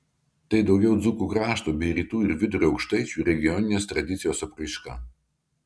tai daugiau dzūkų krašto bei rytų ir vidurio aukštaičių regioninės tradicijos apraiška